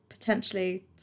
potentially